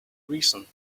reason